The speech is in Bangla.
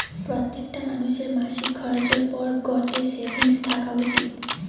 প্রত্যেকটা মানুষের মাসিক খরচের পর গটে সেভিংস থাকা উচিত